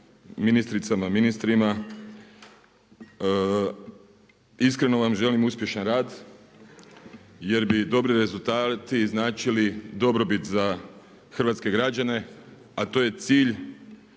ministricama, ministrima. Iskreno vam želim uspješan rad jer bi dobri rezultati značili dobrobit za hrvatske građane, a to je cilj